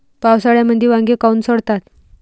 पावसाळ्यामंदी वांगे काऊन सडतात?